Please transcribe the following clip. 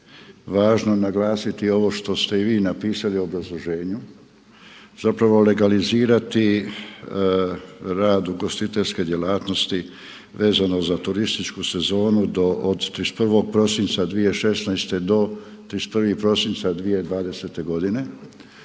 važno naglasiti ovo što ste i vi napisali u obrazloženju, zapravo legalizirati rad ugostiteljske djelatnosti vezano za turističku sezonu od 31. prosinca 2016. do 31. prosinca 2020. godine.